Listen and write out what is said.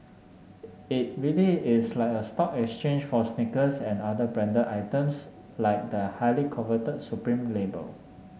it really is like a stock exchange for sneakers and other branded items like the highly coveted Supreme label